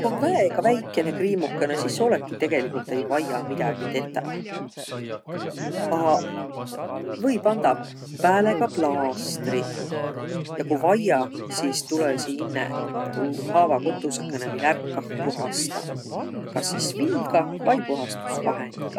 Ku om väega väikene kriimukõnõ, sis olõki tegelikult ei vajja midägi tetäq. Aq või pandaq pääle ka plaastri. Ja ku vajja, sis tulõsiq inne tuu haavakotusõgõnõ inne viil ärq kah puhastaq kas sis viiga vai puhastusvahendigaq.